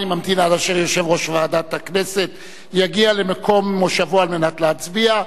אני ממתין עד אשר יושב-ראש ועדת הכנסת יגיע למקום מושבו כדי להצביע,